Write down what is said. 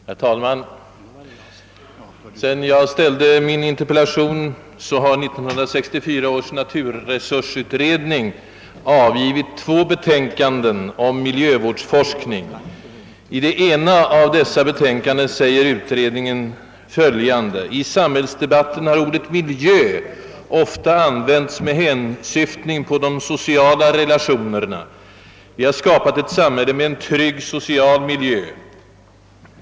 Herr talman! Sedan jag framställde min interpellation har 1964 års naturresursutredning avgivit två betänkanden om miljövårdsforskning. I det ena av dessa betänkanden uttalar utredningen följande: »I samhällsdebatten har ordet miljö ofta använts med hänsyftning på de sociala relationerna. Vi har skapat ett samhälle med en trygg social miljö.